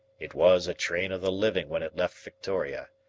it was a train of the living when it left victoria,